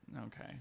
Okay